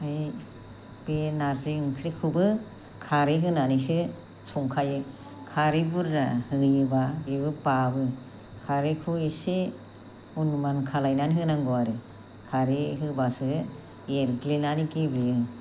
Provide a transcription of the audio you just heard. बे नारजि ओंख्रिखौबो खारै होनानैसो संखायो खारै बुरजा होयोबा बेबो बाबो खारैखौ एसे अनुमान खालामनानै होनांगौ आरो खारै होबासो एरग्लिनानै गेब्लेयो